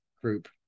Group